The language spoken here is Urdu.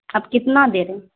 آپ کتنا دے رہے ہیں